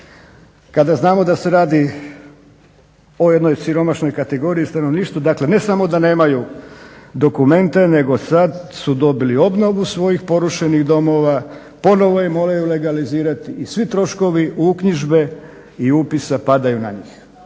kada znamo da se radi o jednoj siromašnoj kategoriji stanovništva, dakle ne samo da nemaju dokumente nego sad su dobili obnovu svojih porušenih domova, ponovno ih moraju legalizirati i svi troškovi uknjižbe i upisa padaju na njih.